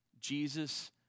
Jesus